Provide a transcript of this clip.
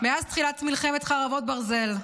מאז תחילת מלחמת חרבות ברזל: